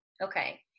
Okay